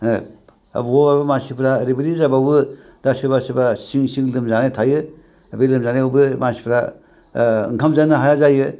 बबावबा अबावबा मानसिफ्रा ओरैबायदि जाबावो दा सोरबा सोरबा सिं सिं लोमजानाय थायो बे लोमजानायावबो मानसिफ्रा ओंखाम जानो हाया जायो